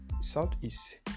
southeast